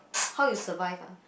how you survive ah